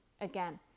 Again